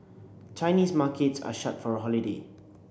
Chinese markets are shut for a holiday